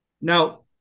now